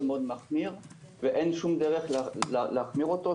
מאוד מחמיר ואין שום דרך להחמיר אותו.